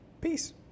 peace